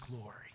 glory